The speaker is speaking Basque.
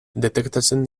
detektatzen